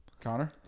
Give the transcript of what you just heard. Connor